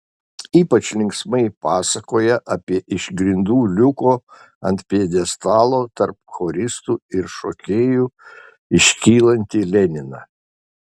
ypač linksmai pasakoja apie iš grindų liuko ant pjedestalo tarp choristų ir šokėjų iškylantį leniną